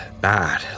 bad